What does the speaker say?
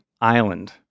island